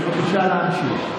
בבקשה להמשיך.